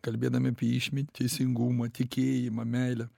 kalbėdami apie išmint teisingumą tikėjimą meilę